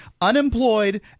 unemployed